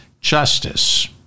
justice